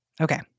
Okay